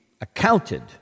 accounted